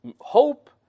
hope